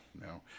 no